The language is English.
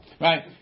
Right